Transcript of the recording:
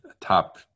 top